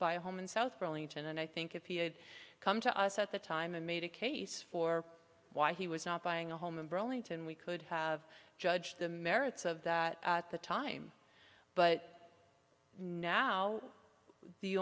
buy a home in south burlington and i think if he had come to us at the time and made a case for why he was not buying a home in burlington we could have judge the merits of that at the time but now the